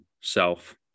self